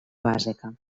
bàsica